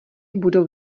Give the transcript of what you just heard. budou